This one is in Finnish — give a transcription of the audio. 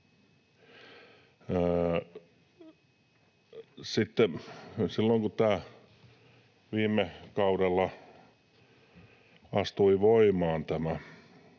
silloin, kun viime kaudella astui voimaan tämä